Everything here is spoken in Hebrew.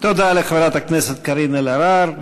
תודה לחברת הכנסת קארין אלהרר.